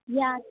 यात्